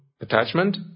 attachment